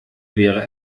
wäre